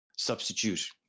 Substitute